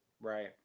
right